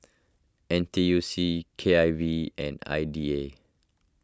N T U C K I V and I D A